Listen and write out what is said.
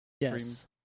Yes